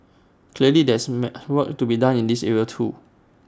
clearly there is may work to be done in this area too